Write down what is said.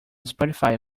spotify